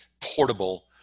portable